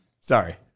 Sorry